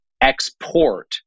export